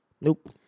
Nope